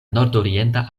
nordorienta